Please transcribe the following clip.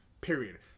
Period